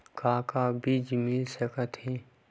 का का बीज मिल सकत हे?